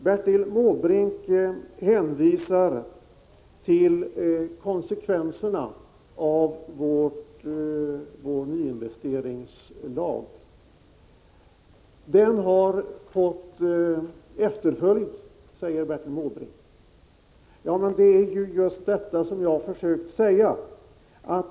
Bertil Måbrink hänvisar till konsekvenserna av vår nyinvesteringslag. Den har fått efterföljare, säger Bertil Måbrink. Men det är just detta som jag har försökt säga.